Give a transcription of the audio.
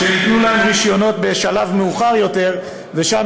שניתנו להם רישיונות בשלב מאוחר יותר ושם